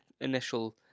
initial